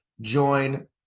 join